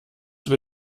über